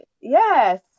Yes